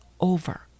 over